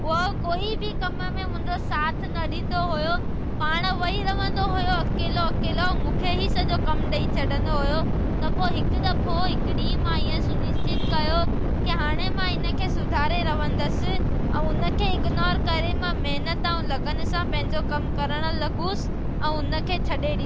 उहो कोई बि कम में मुंहिंजो साथ न ॾींदो हुओ पाण विही रहंदो हुओ अकेलो अकेलो मूंखे ई सॼो कमु ॾेई छॾंदो हुओ त पोइ हिकु दफ़ो हिकु ॾींहुं मां ईअं सुनिश्चित कयो की हाणे मां इन खे सुधारे रहंदसि ऐं उन खे इग्नोर करे मां महिनत ऐं लगन सां पंहिंजो कमु करण लॻुसि ऐं उन खे छॾे ॾेई